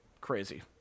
crazy